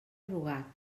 rugat